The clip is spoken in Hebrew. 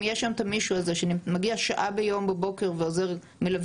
אם יהיה שם המישהו הזה שמגיע שעה ביום בבוקר ומלווה